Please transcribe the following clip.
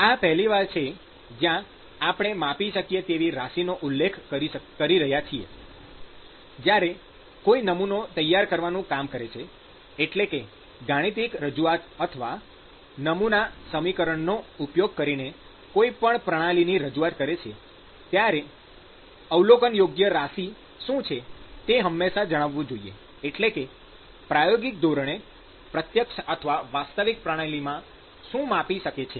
આ પહેલી વાર છે જ્યારે આપણે માપી શકાય તેવી રાશિનો ઉલ્લેખ કરી રહ્યા છીએ જ્યારે કોઈ નમૂનો તૈયાર કરવાનું કામ કરે છે એટલે કે ગાણિતિક રજૂઆત અથવા નમૂના સમીકરણોનો ઉપયોગ કરીને કોઈ પણ પ્રણાલીની રજૂઆત કરે છે ત્યારે અવલોકનયોગ્ય રાશિ શું છે તે હંમેશા સમજવું જોઈએ એટલે કે પ્રાયોગિક ધોરણે પ્રત્યક્ષ અથવા વાસ્તવિક પ્રણાલીમાં શું માપી શકે છે